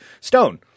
Stone